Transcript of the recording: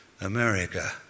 America